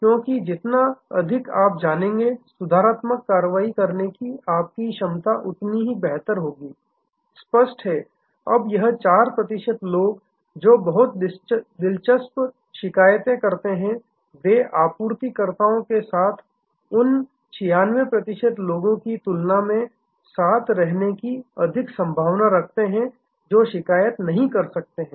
क्योंकि जितना अधिक आप जानेंगे सुधारात्मक कार्रवाई करने की आपकी क्षमता उतनी ही बेहतर होगी स्पष्ट है अब यह 4 प्रतिशत लोग जो बहुत दिलचस्प शिकायत करते हैं वे आपूर्तिकर्ता के साथ उन 96 लोगों की तुलना मैं साथ रहने की अधिक संभावना रखते हैं जो शिकायत नहीं कर रहे हैं